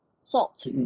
Salt